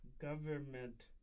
Government